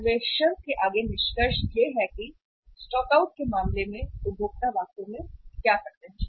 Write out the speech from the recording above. सर्वेक्षण के आगे निष्कर्ष यह है कि स्टॉकआउट के मामले में उपभोक्ता वास्तव में क्या करते हैं